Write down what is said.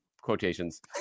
quotations